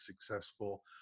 successful